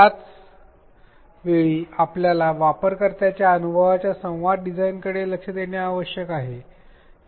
त्याच वेळी आपल्याला वापरकर्त्याच्या अनुभवाच्या संवाद डिझाइनकडे लक्ष देणे आवश्यक आहे